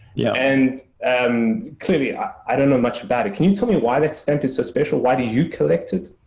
yeah and and clearly, i i don't know much about it. can you tell me why that's emphasis special? why do you collect it?